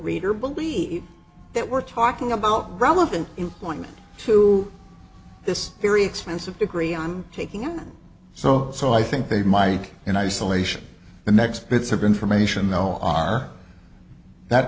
reader believe that we're talking about relevant employment to this very expensive degree i'm taking on so so i think they might in isolation the next bits of information though are that